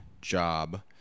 job